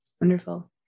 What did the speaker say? Wonderful